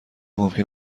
ممکن